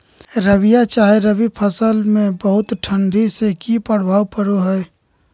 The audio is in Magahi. रबिया चाहे रवि फसल में बहुत ठंडी से की प्रभाव पड़ो है?